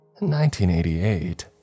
1988